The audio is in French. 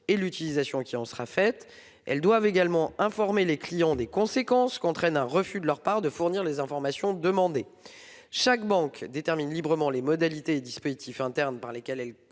de l'utilisation qui en sera faite. Elles doivent également informer les clients des conséquences qu'entraîne un refus de leur part de fournir les informations demandées. Chaque banque détermine librement les modalités et dispositifs internes par lesquels elle